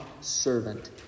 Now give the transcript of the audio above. servant